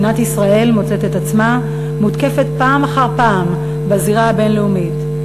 מדינת ישראל מוצאת את עצמה מותקפת פעם אחר פעם בזירה הבין-לאומית.